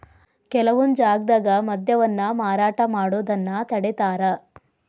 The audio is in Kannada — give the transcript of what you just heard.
ಕೆಲವೊಂದ್ ಜಾಗ್ದಾಗ ಮದ್ಯವನ್ನ ಮಾರಾಟ ಮಾಡೋದನ್ನ ತಡೇತಾರ